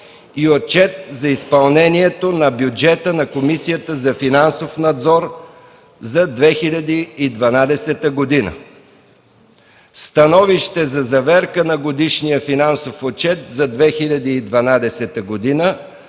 Отчет за изпълнението на бюджета на Комисията за финансов надзор за 2012 г., Становище за заверка на Годишния финансов отчет за 2012 г. на